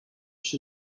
she